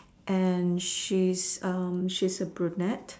and she's she's a brunette